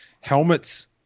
helmets